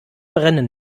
brennen